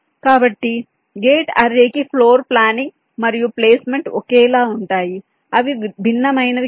కాబట్టి గేట్ అర్రేకి floor planning మరియు ప్లేస్మెంట్ ఒకేలా ఉంటాయి అవి భిన్నమైనవి కావు